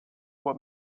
what